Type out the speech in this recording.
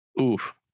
Oof